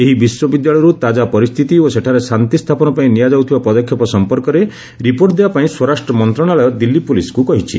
ଏହି ବିଶ୍ୱବିଦ୍ୟାଳୟରୁ ତାକା ପରିସ୍ଥିତି ଓ ସେଠାରେ ଶାନ୍ତି ସ୍ଥାପନ ପାଇଁ ନିଆଯାଉଥିବା ପଦକ୍ଷେପ ସମ୍ପର୍କରେ ରିପୋର୍ଟ ଦେବାପାଇଁ ସ୍ୱରାଷ୍ଟ୍ର ମନ୍ତ୍ରଣାଳୟ ଦିଲ୍ଲୀ ପୁଲିସ୍କୁ କହିଛି